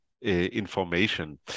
information